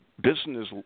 business